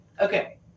Okay